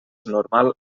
normal